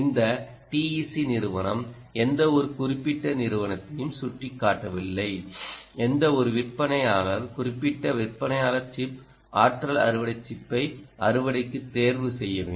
இந்த TEC நிறுவனம் எந்தவொரு குறிப்பிட்ட நிறுவனத்தையும் சுட்டிக்காட்டவில்லை எந்தவொரு விற்பனையாளர் குறிப்பிட்ட விற்பனையாளர் சிப் ஆற்றல் அறுவடை சிப்பை அறுவடைக்கு தேர்வு செய்ய வேண்டும்